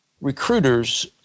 recruiters